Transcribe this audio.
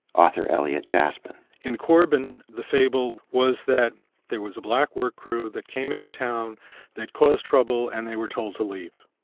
author elliot jasp in. in corbin, the fable was that there was a black work crew that came into town that caused trouble and they were told to leave.